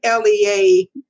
LEA